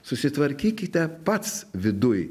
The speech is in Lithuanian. susitvarkykite pats viduj